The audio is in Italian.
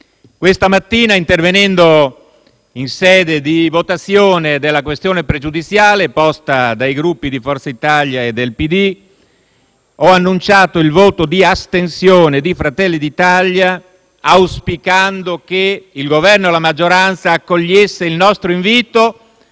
questa mattina, intervenendo in sede di votazione della questione pregiudiziale posta dai Gruppi Forza Italia e PD, ho annunciato il voto di astensione di Fratelli d'Italia, auspicando che il Governo e la maggioranza accogliessero il nostro invito